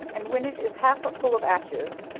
and when it is half full of ashes,